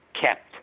Kept